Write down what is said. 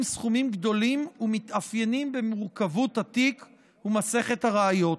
סכומים גדולים ומתאפיינים במורכבות התיק ומסכת הראיות.